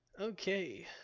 okay